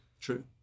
True